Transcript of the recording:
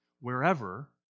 wherever